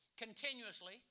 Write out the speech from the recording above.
continuously